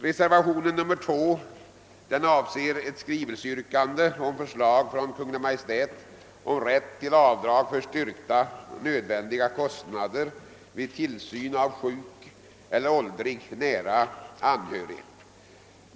Reservationen 2 avser att riksdagen i skrivelse till Kungl. Maj:t skall anhålla om förslag rörande rätt till avdrag för styrkta och nödvändiga kostnader vid tillsyn av sjuk eller åldrig nära anhörig.